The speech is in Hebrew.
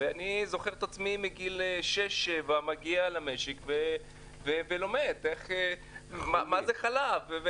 ואני זוכר את עצמי מגיל 7-6 מגיע למשק ולומד מה זה חלב.